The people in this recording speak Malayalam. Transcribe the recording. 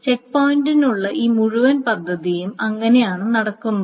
ചെക്ക് പോയിന്റുള്ള ഈ മുഴുവൻ പദ്ധതിയും അങ്ങനെയാണ് നടക്കുന്നത്